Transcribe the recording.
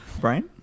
Brian